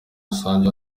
rusange